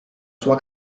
sua